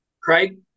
Craig